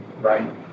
right